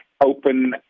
open